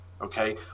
okay